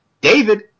David